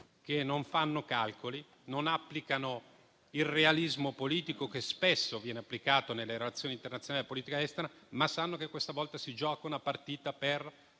che non fanno calcoli, non applicano il realismo politico che spesso viene applicato nelle relazioni internazionali di politica estera, ma sanno che questa volta si gioca una partita per